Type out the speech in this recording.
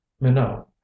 Minot